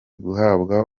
guhabwa